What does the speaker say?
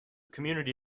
community